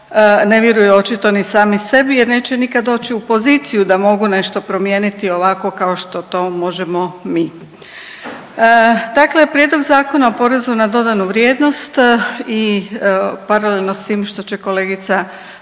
ne vjeruju očito ni sami sebi, jer neće nikad doći u poziciju da mogu nešto promijeniti ovako kao što to možemo mi. Dakle, Prijedlog zakona o porezu na dodanu vrijednost i paralelno s tim što će kolegica